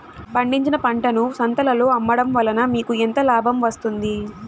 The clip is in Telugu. పండించిన పంటను సంతలలో అమ్మడం వలన మీకు ఎంత లాభం వస్తుంది?